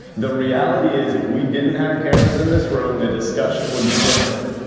the reality is, if we didn't have cameras in this room, the discussion would be different.